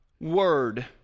Word